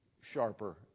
sharper